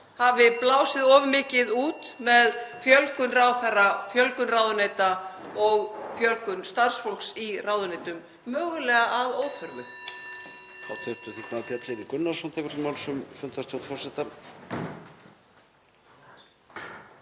hafi blásið of mikið út með fjölgun ráðherra, fjölgun ráðuneyta og fjölgun starfsfólks í ráðuneytum, mögulega að óþörfu.